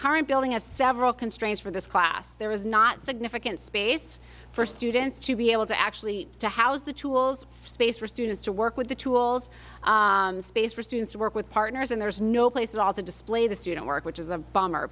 current building has several constraints for this class there is not significant space for students to be able to actually to how's the tools space for students to work with the tools space for students to work with partners and there's no place at all to display the student work which is a bummer